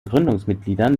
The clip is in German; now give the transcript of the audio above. gründungsmitgliedern